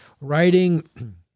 writing